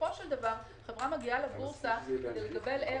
בסופו של דבר חברה מגיעה לבורסה כדי לקבל שווי.